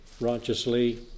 righteously